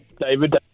David